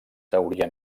haurien